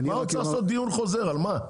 על מה עוד צריך לעשות דיון חוזר על מה?